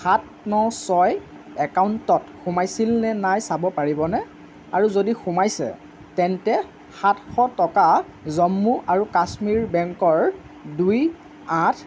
সাত ন ছয় একাউণ্টত সোমাইছিল নে নাই চাব পাৰিবনে আৰু যদি সোমাইছে তেন্তে সাতশ টকা জম্মু আৰু কাশ্মীৰ বেংকৰ দুই আঠ